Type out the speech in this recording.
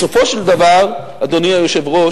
בסופו של דבר, אדוני היושב-ראש,